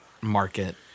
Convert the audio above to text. market